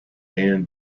and